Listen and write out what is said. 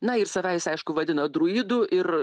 na ir save jis aišku vadina druidu ir